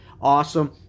Awesome